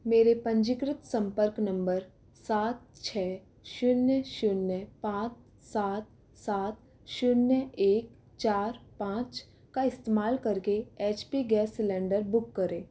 मेरे पंजीकृत संपर्क नंबर सात छ शून्य शून्य पाँच सात सात शून्य एक चार पाँच का इस्तेमाल करके HP gas cylinder book करें